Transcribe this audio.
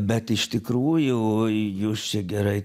bet iš tikrųjų jūs čia gerai